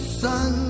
sun